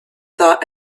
thought